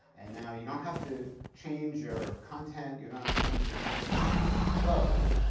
and now you don't have to change your content you don't have to change your content generation flow.